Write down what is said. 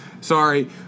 Sorry